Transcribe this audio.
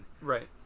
Right